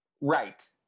Right